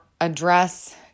address